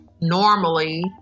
normally